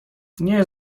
nie